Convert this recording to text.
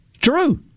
True